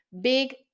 Big